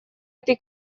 этой